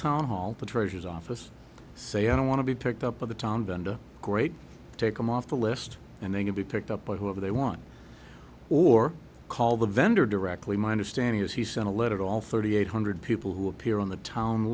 town hall the treasurer's office say i don't want to be picked up by the town vendor great take them off the list and they can be picked up by whoever they want or call the vendor directly my understanding is he sent a letter to all thirty eight hundred people who appear on the town